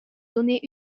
données